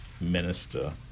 Minister